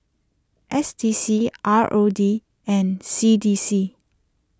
S D C R O D and C D C